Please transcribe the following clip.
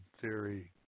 theory